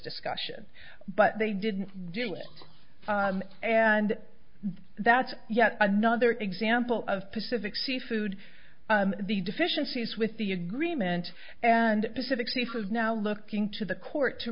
discussion but they didn't do it and that's yet another example of pacific seafood the deficiencies with the agreement and pacific safe is now looking to the court to